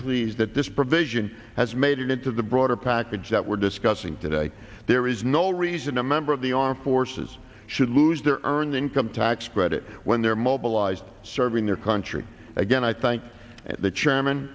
pleased that this provision has made it into the broader package that we're discussing today there is no reason a member of the armed forces should lose their own income tax credit when they're mobilized serving their country again i thank the chairman